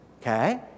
Okay